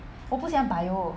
我不喜欢 bio